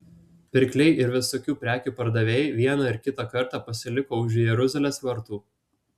pirkliai ir visokių prekių pardavėjai vieną ir kitą kartą pasiliko už jeruzalės vartų